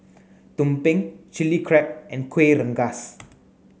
Tumpeng chili crab and Kuih Rengas